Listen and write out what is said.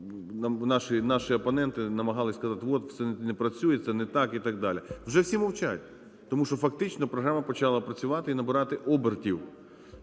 наші опоненти намагались сказати: "Ось все не працює, це не так" і так далі. Вже всі мовчать, тому що фактично програма почала працювати і набирати обертів.